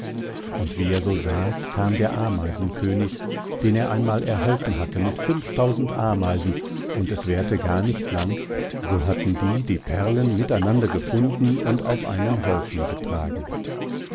und wie er so saß kam der ameisenkönig den er einmal erhalten hatte mit fünftausend ameisen und es währte gar nicht lang so hatten die die perlen miteinander gefunden und auf einen haufen getragen